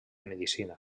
medicina